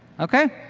okay?